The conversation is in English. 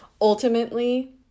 ultimately